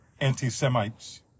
anti-Semites